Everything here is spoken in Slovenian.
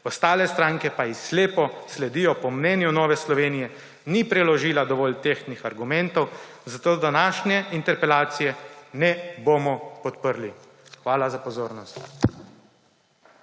ostale stranke pa ji slepo sledijo, po mnenju Nove Slovenije ni predložila dovolj tehtnih argumentov, zato današnje interpelacije ne bomo podprli. Hvala za pozornost.